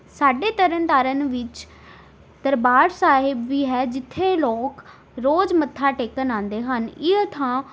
ਸਾਡੇ ਤਰਨ ਤਾਰਨ ਵਿੱਚ ਦਰਬਾਰ ਸਾਹਿਬ ਵੀ ਹੈ ਜਿੱਥੇ ਲੋਕ ਰੋਜ਼ ਮੱਥਾ ਟੇਕਣ ਆਉਦੇ ਹਨ ਇਹ ਥਾਂ